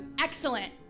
Excellent